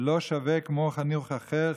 לא שווה כמו חינוך אחר,